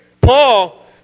Paul